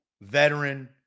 veteran